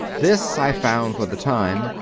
this i found, for the time,